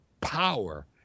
power